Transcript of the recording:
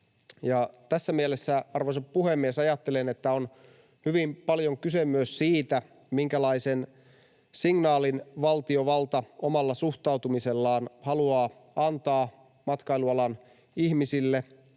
Tässä mielessä, arvoisa puhemies, ajattelen, että on hyvin paljon kyse myös siitä, minkälaisen signaalin valtiovalta omalla suhtautumisellaan haluaa antaa matkailualan ihmisille